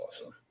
awesome